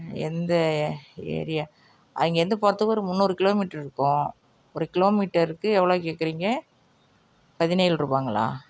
எந்த ஏரியா அங்கேருந்து போகிறதுக்கு ஒரு முன்னூறு கிலோமீட்டர் இருக்கும் ஒரு கிலோமீட்டருக்கு எவ்வளோ கேட்குறீங்க பதினேழு ரூபாய்ங்களா